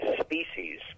species